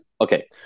Okay